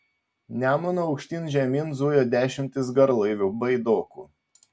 nemunu aukštyn žemyn zujo dešimtys garlaivių baidokų